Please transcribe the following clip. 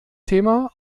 thema